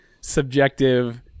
subjective